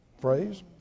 phrase